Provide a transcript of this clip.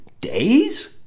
days